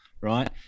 right